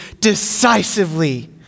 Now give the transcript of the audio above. decisively